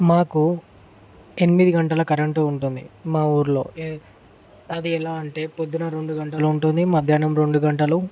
మాకు ఎనిమిది గంటల కరెంట్ ఉంటుంది మా ఊర్లో అది ఎలా అంటే పొద్దున రెండు గంటలు ఉంటుంది మధ్యాహ్నం రెండు గంటలు